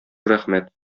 рәхмәт